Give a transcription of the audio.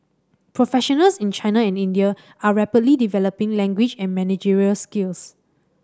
professionals in China and India are rapidly developing language and managerial skills